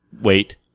wait